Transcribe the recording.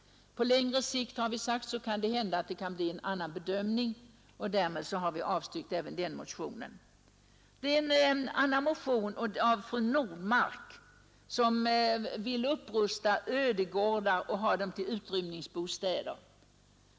Vi har sagt att det på längre sikt kan bli en annan bedömning och därmed har vi avstyrkt även herr Strindbergs motion. Fru Nordmark har väckt en motion om upprustning av ödegårdar att användas som utrymningsbostäder.